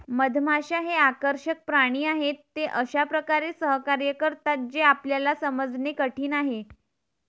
मधमाश्या हे आकर्षक प्राणी आहेत, ते अशा प्रकारे सहकार्य करतात जे आपल्याला समजणे कठीण आहे